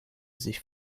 sich